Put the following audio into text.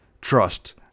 Trust